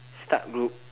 start group